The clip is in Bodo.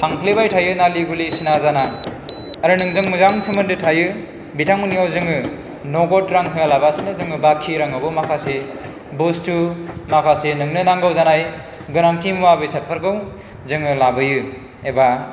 थांफ्लेबाय थायो नालि गुलि सिना जाना आरो नोंजों मोजां सोमोन्दो थायो बिथांमोननियाव जोङो नगद रां होयालाबासेनो जोङो बाखि राङावबो माखासे बस्थु माखासे नोंनो नांगौ जानाय गोनांथि मुवा बेसादफोरखौ जोङो लाबोयो एबा